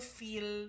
feel